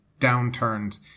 downturns